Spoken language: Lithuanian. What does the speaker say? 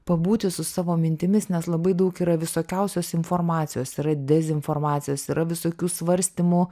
pabūti su savo mintimis nes labai daug yra visokiausios informacijos yra dezinformacijos yra visokių svarstymų